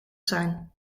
zijn